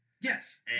Yes